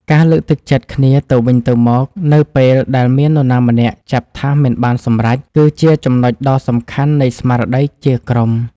ការលើកទឹកចិត្តគ្នាទៅវិញទៅមកនៅពេលដែលមាននរណាម្នាក់ចាប់ថាសមិនបានសម្រេច គឺជាចំណុចដ៏សំខាន់នៃស្មារតីជាក្រុម។